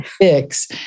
fix